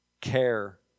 care